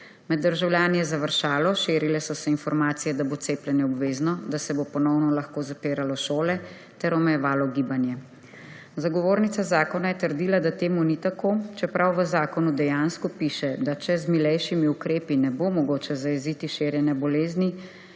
Med državljani je završalo, širile so se informacije, da bo cepljenje obvezno, da se bodo ponovno lahko zapirale šole ter omejevalo gibanje. Zagovornica zakona je trdila, da temu ni tako, čeprav v zakonu dejansko piše, da če z milejšimi ukrepi ne bo mogoče zajeziti širjenja bolezni